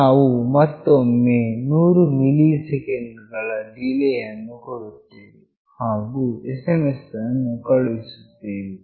ನಾವು ಮತ್ತೊಮ್ಮೆ 100 millisecond ಗಳ ಡಿಲೇಯನ್ನು ಕೊಡುತ್ತೇವೆ ಹಾಗು SMS ಅನ್ನು ಕಳುಹಿಸುತ್ತೇವೆ